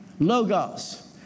Logos